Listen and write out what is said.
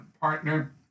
partner